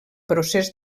procés